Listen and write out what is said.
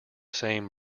same